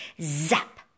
Zap